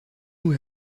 nur